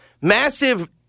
massive